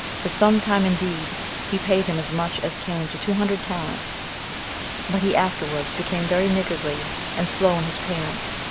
for some time indeed he paid him as much as came to two hundred talents but he afterwards became very niggardly and slow in his payments,